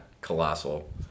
colossal